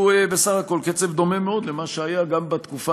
הוא בסך הכול קצב דומה מאוד למה שהיה גם בתקופה